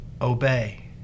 obey